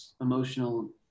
emotional